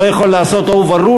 אני לא יכול לעשות overruling,